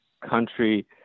country